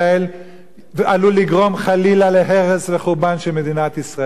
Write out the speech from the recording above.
עלול לגרום חלילה להרס וחורבן של מדינת ישראל.